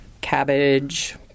cabbage